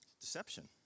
deception